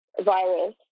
virus